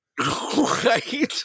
right